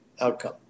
outcome